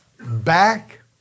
back